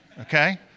Okay